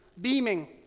beaming